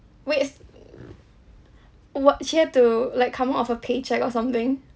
wait a s~ what she had to like come out of a pay cheque or something